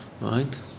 right